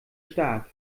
stark